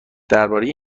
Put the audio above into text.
درباره